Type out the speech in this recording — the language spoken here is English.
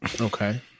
Okay